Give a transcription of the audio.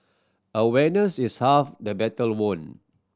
awareness is half the battle won